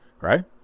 right